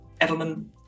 Edelman